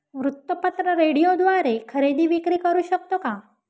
वृत्तपत्र, रेडिओद्वारे खरेदी विक्री करु शकतो का?